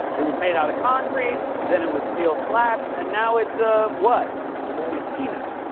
it was made out of concrete. then it was steel slats. and now it's, ah, what? the wall is peanuts.